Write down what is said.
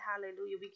Hallelujah